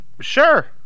sure